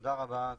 תודה רבה,